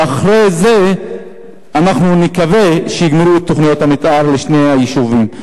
ואחרי זה אנחנו מקווים שיגמרו את תוכניות המיתאר לשני היישובים.